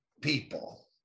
people